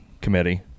committee